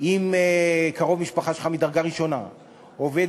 אם קרוב משפחה שלך מדרגה ראשונה עובד